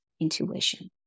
intuition